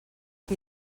qui